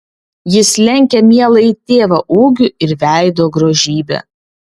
jis lenkia mieląjį tėvą ūgiu ir veido grožybe